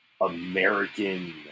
American